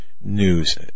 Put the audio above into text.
news